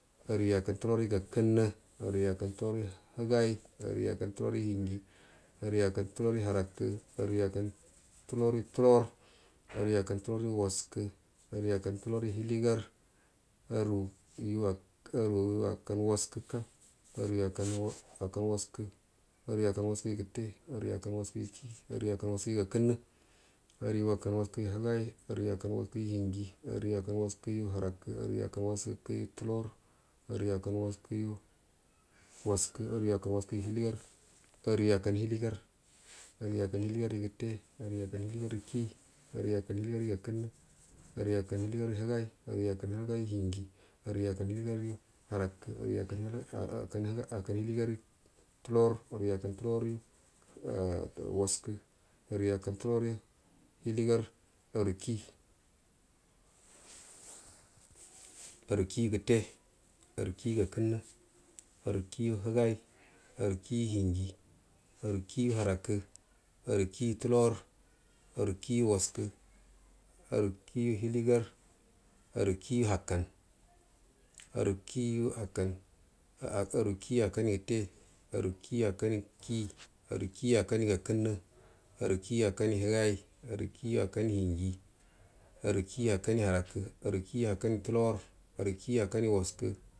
Hruyu akkautuloryu gakənnə aruyu akkan tuloryu higai aruyu akkan tubryu hinji aruyu akkantulorgu harakə aruyu akkan tuloryu tolor aruyu akkan tuloryu waskə aruyu akkan tuloryu hiligar aruyu akkan waskə aruyu akkan waskəyu gətte aruyu akkan waskəyu kir aruyu akkan waskəyu gakəkənnə aruyu akan waskəyu tuga aruyu akkan waskəyu hinji aruyu akkai waskəya harakə aruyu akku waskəgu hiligar aruyu akkan hiligar aruyu akkan hiligarryu gətte aruyu akkan hiligagu ki aruyu akau hiligaryu gakənnə aruyu akkau hiligaryu higai arayu akkai hiligaryu hinji aruyu akkar hiligan harakə aruyu akkan hiligaryu tular aruju akkar luligarigu waskə aruyu akkan hiligarun tuligar aru kii arukiyu gətte arukiyu kii arukiyi gakənnə grukigu higai arakiyu hiryi arukiyu harakə arnikiyu tutor arukiyu waskə arukiyu hiligar arukiyu akkar arukiyu akanyu gətte arukiyu akkanyu kii arukiyu akkangu gakənnə arukiyu akkanyu higai arukiyu akkanyu hinji arukiyu akkanyu harakə arukiyu akkayu tulor arukiyu akkanyu waskə.